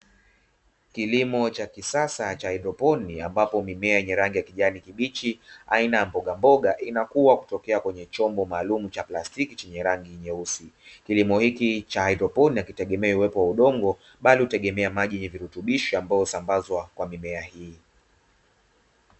Kilimo cha kisasa cha haedroponi ambapo mimea yenye rangi ya kijani kibichi aina ya mbogamboga inakua kutokea kwenye chombo maalumu cha plastiki chenye rangi nyeusi. Kilimo hikii cha haedroponi hakitegemei uwepo wa udongo bali hutegemea maji yenye virutubisho ambayo husambazwa kwa mimea hii.